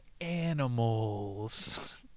animals